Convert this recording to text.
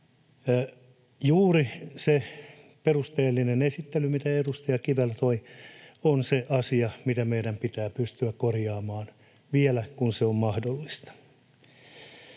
Kivelä perusteellisessa esittelyssä toi esille, on se asia, mitä meidän pitää pystyä korjaamaan vielä, kun se on mahdollista.